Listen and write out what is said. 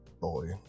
boy